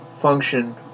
function